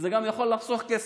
וזה יכול לחסוך גם כסף.